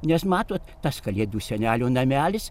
nes matot tas kalėdų senelio namelis